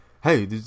hey